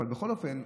אבל בכל אופן,